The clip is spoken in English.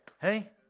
Hey